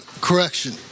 correction